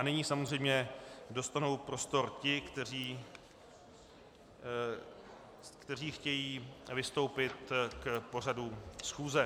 Nyní samozřejmě dostanou prostor ti, kteří chtějí vystoupit k pořadu schůze.